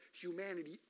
humanity